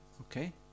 Okay